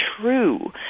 true